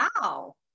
Wow